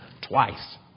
twice